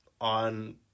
on